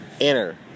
enter